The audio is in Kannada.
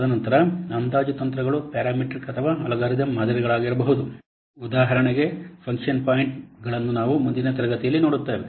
ತದನಂತರ ಅಂದಾಜು ತಂತ್ರಗಳು ಪ್ಯಾರಾಮೀಟ್ರಿಕ್ ಅಥವಾ ಅಲ್ಗಾರಿದಮ್ ಮಾದರಿಗಳಾಗಿರಬಹುದು ಉದಾಹರಣೆಗೆ ಫಂಕ್ಷನ್ ಪಾಯಿಂಟ್ಗಳನ್ನು ನಾವು ಮುಂದಿನ ತರಗತಿಯಲ್ಲಿ ನೋಡುತ್ತೇವೆ